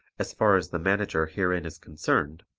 as far as the manager herein is concerned,